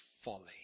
folly